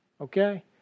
Okay